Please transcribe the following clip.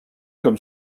comme